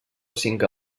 cinc